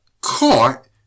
caught